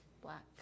black